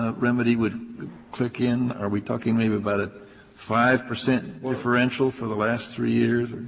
ah remedy would click in? are we talking maybe about a five percent differential for the last three years,